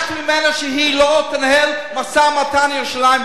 דרשתי ממנה שהיא לא תנהל משא-ומתן על ירושלים,